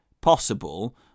possible